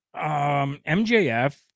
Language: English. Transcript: MJF